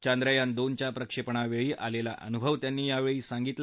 चांद्रयान दोनच्या प्रक्षणिवळी आलछी अनुभव त्यांनी यावछी सांगितला